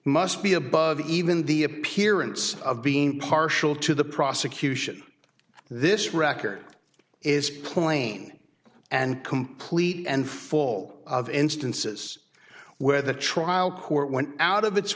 must be above even the appearance of being impartial to the prosecution this record is plain and complete and fall of instances where the trial court went out of its